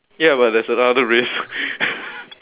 ya but there's another risk